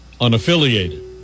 unaffiliated